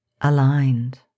aligned